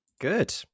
good